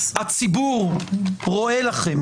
הציבור רואה לכם,